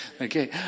Okay